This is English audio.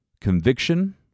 conviction